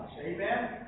Amen